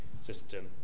system